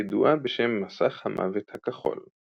ידועה בשם מסך המוות הכחול.